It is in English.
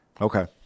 Okay